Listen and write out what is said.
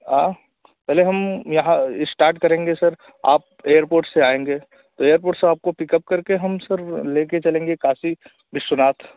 हाँ पहले हम यहाँ इस्टार्ट करेंगे सर आप एअरपोर्ट से आएँगे एअरपोर्ट से आपको पिकअप करके हम सर लेकर चलेंगे काशी विश्वनाथ